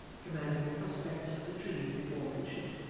commanding a prospect of the trees before mentioned,